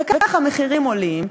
וכך המחירים עולים.